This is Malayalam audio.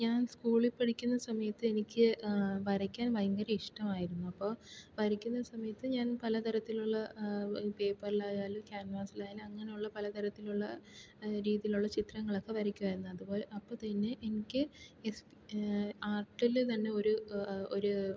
ഞാൻ സ്കൂളിൽ പഠിക്കുന്ന സമയത്ത് എനിക്ക് വരയ്ക്കാൻ ഭയങ്കര ഇഷ്ടമായിരുന്നു അപ്പോൾ പഠിക്കുന്ന സമയത്ത് ഞാൻ പലതരത്തിലുള്ള പേപ്പറിലായാലും ക്യാൻവാസിലായാലും അങ്ങനെ ഉള്ള പലതരത്തിലുള്ള രീതീയിൽ ഉള്ള ചിത്രങ്ങളൊക്കെ വരയ്ക്കുവായിരുന്നു അപ്പോൾ അപ്പോഴത്തെന് എനിക്ക് എസ് ആർട്ടില് തന്നെ ഒര് ഒര്